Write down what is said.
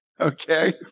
okay